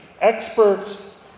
experts